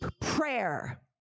prayer